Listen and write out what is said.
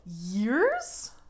Years